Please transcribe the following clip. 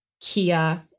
Kia